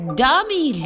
dummy